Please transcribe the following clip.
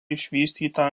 išvystyta